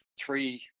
three